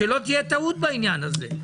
ושלא תהיה טעות בעניין הזה.